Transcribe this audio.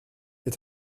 est